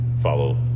Follow